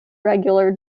regular